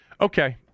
okay